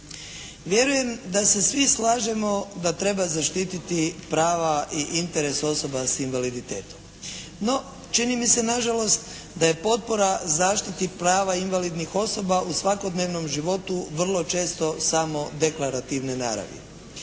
Vjerujem da svi slažemo da treba zaštiti prava i interes osoba sa invaliditetom. No, čini mi se nažalost da je potpora zaštiti prava invalidnih osoba u svakodnevnom životu vrlo često samo deklarativne naravi.